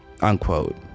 unquote